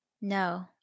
No